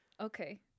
Okay